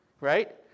Right